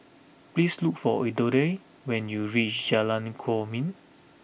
please look for Elodie when you reach Jalan Kwok Min